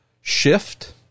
shift